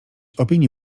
opinii